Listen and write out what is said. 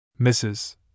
Mrs